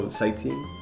sightseeing